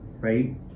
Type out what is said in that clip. right